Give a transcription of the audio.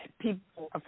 people